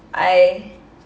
I